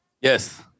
Yes